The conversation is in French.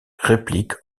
réplique